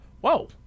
whoa